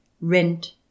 rent